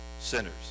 sinners